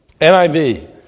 NIV